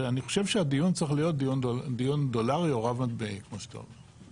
ואני חושב שהדיון צריך להיות דיון דולרי או רב מטבעי כמו שאתה אומר.